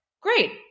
Great